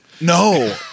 No